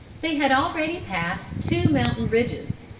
they had already passed two mountain ridges.